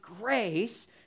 grace